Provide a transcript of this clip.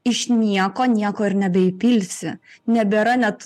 iš nieko nieko ir nebeįpilsi nebėra net